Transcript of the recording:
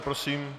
Prosím.